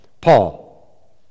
Paul